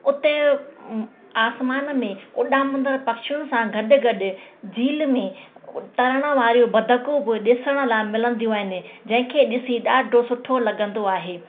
उते आसमान में उॾामंदड़ पक्षियूं सां गॾु गॾु झील में तरण वारियूं बतकू बि ॾिसण लाइ मिलंदियूं आहिनि जंहिंखे ॾिसी ॾाढो सुठो लॻंदो आहे